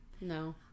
No